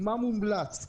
מה מומלץ,